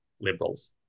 Liberals